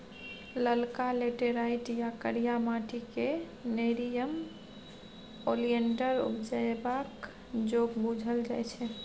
ललका लेटैराइट या करिया माटि क़ेँ नेरियम ओलिएंडर उपजेबाक जोग बुझल जाइ छै